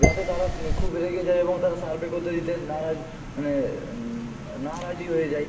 যাতে তারা খুব রেগে যায় এবং তারা সার্ভে করতে দিতে নারাজ মানে না রাজি হয়ে যায়